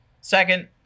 Second